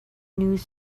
news